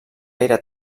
gaire